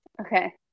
Okay